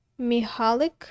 Mihalik